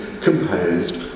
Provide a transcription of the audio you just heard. composed